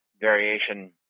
variation